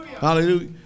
Hallelujah